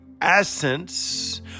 essence